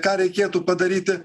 ką reikėtų padaryti